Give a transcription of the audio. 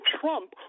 Trump